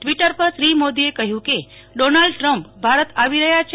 Twitter પર શ્રી મોદીએ કહયું કે ડોનાલ્ડ ટ્રમ્પ ભારત આવી રહયાં છે